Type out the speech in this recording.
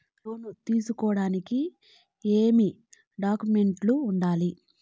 లోను తీసుకోడానికి ఏమేమి డాక్యుమెంట్లు ఉండాలి